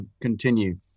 continue